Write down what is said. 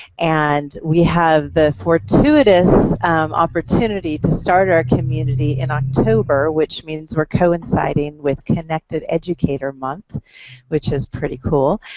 and we had the fortuitous opportunity to start our community in october which means we're coinciding with connected educator month which is pretty cool.